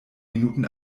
minuten